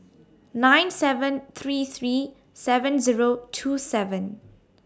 nine seven three three seven Zero two seven